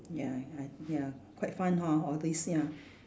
ya ya ya quite fun hor all this ya